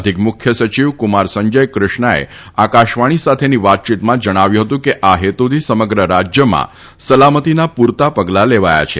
અધિક મુખ્ય સચિવ કુમાર સંજય કૃષ્ણાએ આકાશવાણી સાથેની વાતયીતમાં જણાવ્યું હતું કે આ હેતુથી સમગ્ર રાજ્યમાં સલામતીના પૂરતા પગલાં લેવાયા છે